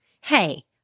Hey